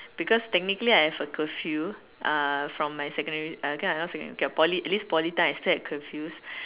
because technically I have a curfew uh from my secondary okay lah not secondary k Poly atleast Poly time I still had curfew